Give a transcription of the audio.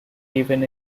even